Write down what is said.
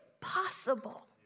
possible